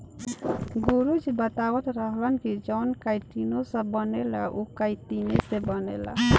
गुरु जी बतावत रहलन की जवन काइटो सभ बनेला उ काइतीने से बनेला